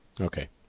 Okay